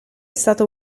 stato